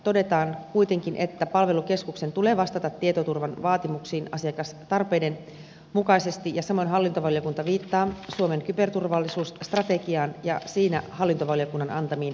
todetaan kuitenkin että palvelukeskuksen tulee vastata tietoturvan vaatimuksiin asiakastarpeiden mukaisesti ja samoin hallintovaliokunta viittaa suomen kyberturvallisuusstrategiaan ja siinä hallintovaliokunnan antamiin lausuntoihin